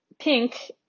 pink